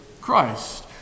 Christ